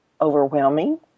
overwhelming